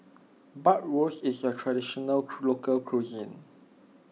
Bratwurst is a Traditional Local Cuisine